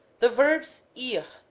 the verbs ir